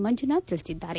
ಮಂಜುನಾಥ್ ತಿಳಿಸಿದ್ದಾರೆ